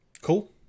Cool